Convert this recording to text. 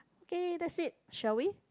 K that's it shall we